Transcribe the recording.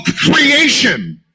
creation